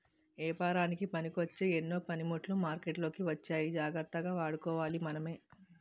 ఏపారానికి పనికొచ్చే ఎన్నో పనిముట్లు మార్కెట్లోకి వచ్చాయి జాగ్రత్తగా వాడుకోవాలి మనమే